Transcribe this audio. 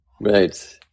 Right